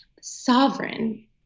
sovereign